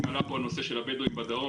אם אנחנו דנים על הנושא של הבדווים בדרום,